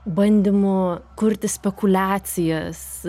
bandymų kurti spekuliacijas